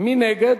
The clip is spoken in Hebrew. מי נגד?